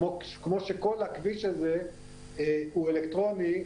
כמו שכל הכביש הזה הוא אלקטרוני,